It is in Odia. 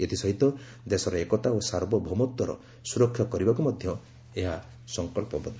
ଏଥିସହିତ ଦେଶର ଏକତା ଓ ସାର୍ବଭୌମତ୍ୱର ସୁରକ୍ଷା କରିବାକୁ ମଧ୍ୟ ଏହା ସଂକଳ୍ପବଦ୍ଧ